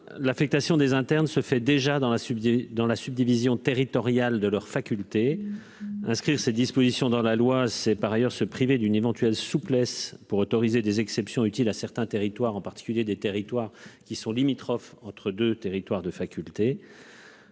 l'affectation des internes se fait déjà dans la supplier dans la subdivision territoriale de leur faculté inscrire ces dispositions dans la loi, c'est par ailleurs se priver d'une éventuelle souplesse pour autoriser des exceptions utile à certains territoires, en particulier des territoires qui sont limitrophes entre 2 territoires de faculté,